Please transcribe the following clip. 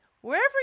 wherever